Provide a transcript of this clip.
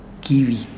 Kiwi